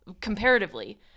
comparatively